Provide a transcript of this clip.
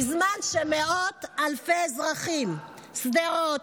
בזמן שמאות אלפי אזרחים, משדרות,